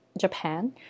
japan